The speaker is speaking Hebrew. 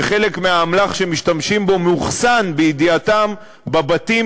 שחלק מהאמל"ח שמשתמשים בו מאוחסן בידיעתם בבתים